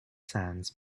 sands